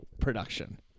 production